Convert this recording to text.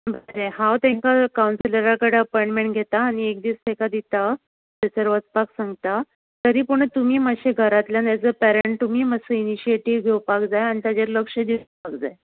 बरें हांव तेंकां कावन्सिलरा कडेन अपॉयणमॅण घेता आनी एक दीस तेका दिता थंयसर वचपाक सांगता तरी पुणू तुमी मात्शें घरांतल्यान एज अ पॅरंट तुमी मात्सो इनिशियेटीव घेवपाक जाय आनी ताजेर लक्ष दिवपाक जाय